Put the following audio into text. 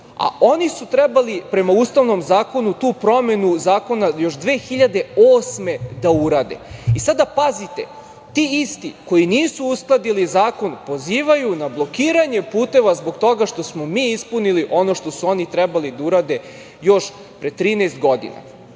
a oni su trebali prema Ustavnom zakonu tu promenu zakona još 2008. godine da urade. Sada, pazite, ti isti koji nisu uskladili zakon pozivaju na blokiranje puteva zbog toga što smo mi ispunili ono što su oni trebali da urade još pre 13